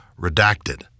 redacted